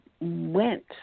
went